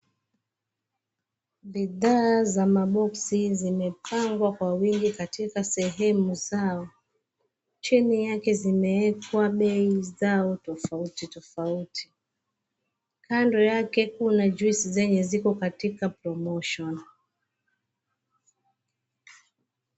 Bidhaa za maboksi zimepangwa kwa wingi katika sehemu zao, chini yake zimewekwa bei zao tofauti tofauti, kando yake kuna juisi zenye ziko katika promotion .